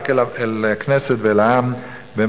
אלא רק אל הכנסת ואל העם באמצעותכם.